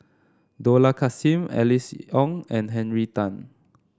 Dollah Kassim Alice Ong and Henry Tan